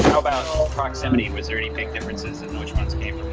about proximity? was there any big differences, in which one's came